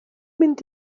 mynd